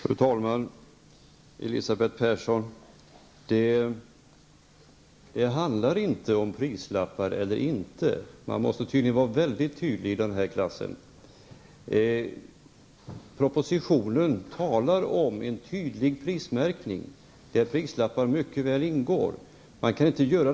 Fru talman! Det handlar inte, Elisabeth Persson, om att ha prislappar eller inte. Man måste tydligen vara väldigt tydlig i denna kammare. I propositionen talas det om en tydlig prismärkning, där prislappar mycket väl ingår.